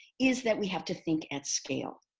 is that we have to think at scale.